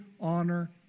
honor